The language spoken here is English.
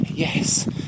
yes